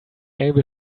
able